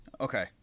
Okay